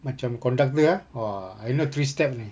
macam conductor ah !wah! I know three step only